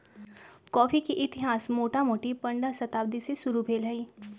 coffee के इतिहास मोटामोटी पंडह शताब्दी से शुरू भेल हइ